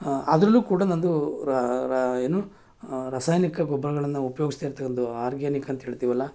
ಅದ್ರಲ್ಲೂ ಕೂಡ ನನ್ನದು ರಾ ರಾ ಏನು ರಾಸಾಯನಿಕ ಗೊಬ್ಬರಗಳನ್ನು ಉಪಯೋಗಿಸ್ತಾ ಇರ್ತಕ್ಕಂಥ ಆರ್ಗ್ಯಾನಿಕ್ ಅಂತ ಹೇಳ್ತೀವಲ್ಲ